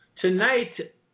Tonight